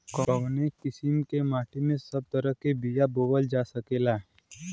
कवने किसीम के माटी में सब तरह के बिया बोवल जा सकेला?